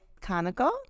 conical